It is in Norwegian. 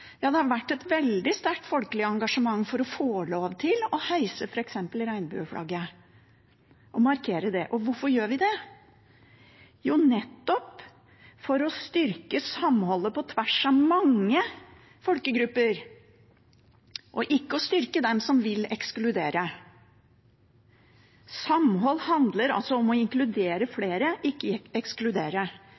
Ja, det har vært et veldig sterkt folkelig engasjement for å få lov til å heise f.eks. regnbueflagget og markere det. Og hvorfor gjør vi det? Jo, nettopp for å styrke samholdet på tvers av mange folkegrupper, ikke styrke dem som vil ekskludere. Samhold handler om å inkludere flere, ikke ekskludere,